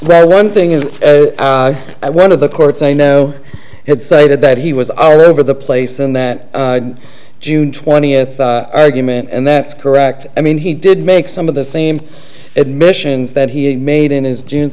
well one thing is that one of the courts i know it cited that he was all over the place and that june twentieth argument and that's correct i mean he did make some of the same admissions that he made in his june